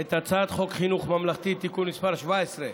את הצעת חוק חינוך ממלכתי (תיקון מס' 17),